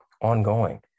ongoing